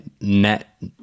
net